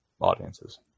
audiences